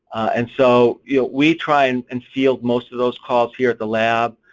and so yeah we try and and field most of those calls here at the lab,